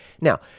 Now